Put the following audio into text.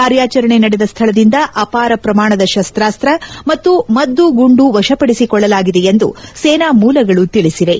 ಕಾರ್ಯಾಚರಣೆ ನಡೆದ ಸ್ವಳದಿಂದ ಅಪಾರ ಪ್ರಮಾಣದ ಶಸ್ತಾಸ್ತ ಮತ್ತು ಮದ್ದುಗುಂಡು ವಶಪಡಿಸಿಕೊಳ್ಳಲಾಗಿದೆ ಎಂದು ಸೇನಾ ಮೂಲಗಳು ತಿಳಿಸಿವೆ